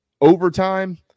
overtime